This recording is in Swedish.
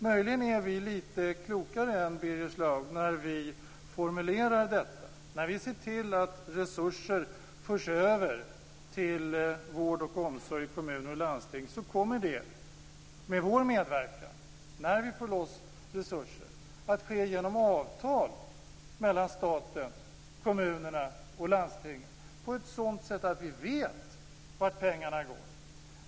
Möjligen är vi lite klokare än Birger Schlaug när vi formulerar detta. Vi vill se till att resurser förs över till vård och omsorg i kommuner och landsting, och det skall ske genom avtal med staten på ett sådant sätt att man vet vart pengarna går.